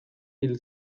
hil